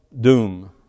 doom